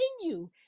continue